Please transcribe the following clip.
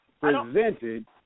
presented